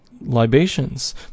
libations